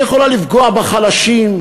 היא יכולה לפגוע בחלשים,